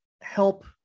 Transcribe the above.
help